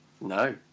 No